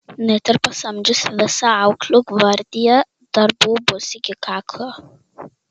net ir pasamdžius visą auklių gvardiją darbų bus iki kaklo